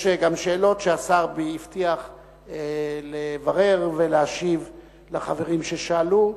יש גם שאלות שהשר הבטיח לברר ולהשיב לחברים ששאלו,